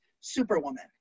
superwoman